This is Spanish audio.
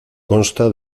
consta